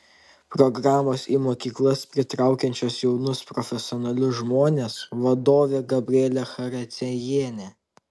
programos į mokyklas pritraukiančios jaunus profesionalius žmones vadovė gabrielė characiejienė